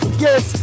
yes